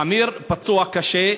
אמיר פצוע קשה.